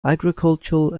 agricultural